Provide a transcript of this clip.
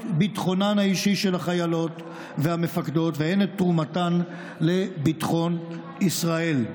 ביטחונן האישי של החיילות והמפקדות והן את תרומתן לביטחון ישראל.